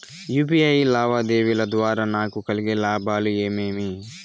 UPI లావాదేవీల ద్వారా నాకు కలిగే లాభాలు ఏమేమీ?